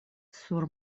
sur